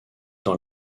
dans